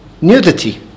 nudity